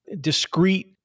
discrete